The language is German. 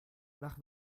nach